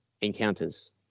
encounters